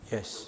Yes